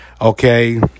Okay